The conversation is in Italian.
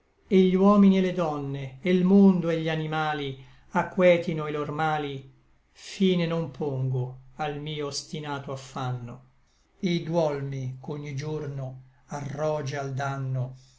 et gli uomini et le donne e l mondo et gli animali aquetino i lor mali fine non pongo al mio obstinato affanno et duolmi ch'ogni giorno arroge al danno